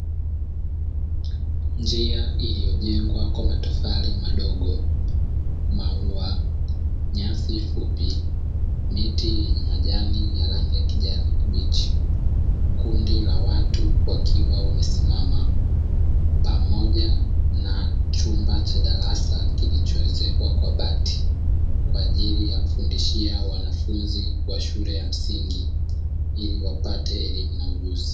Njia iliyojengwa kwa matofari madogo, maua, nyasi fupi, miti yenye majani ya rangi ya kijani kibichi, kundi la watu wakiwa wamesimama pamoja na chumba cha darasa kilichoezekwa kwa bati kwa ajili ya kufundishia wanafunzi wa shule ya msingi ili wapate elimu na ujuzi.